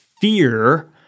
fear